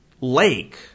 lake